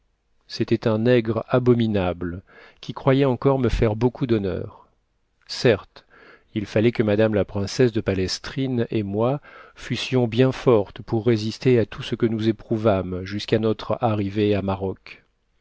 c'était un nègre abominable qui croyait encore me faire beaucoup d'honneur certes il fallait que madame la princesse de palestrine et moi fussions bien fortes pour résister à tout ce que nous éprouvâmes jusqu'à notre arrivée à maroc